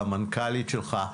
למנכ"לית שלך,